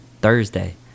Thursday